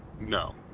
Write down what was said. No